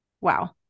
Wow